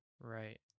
right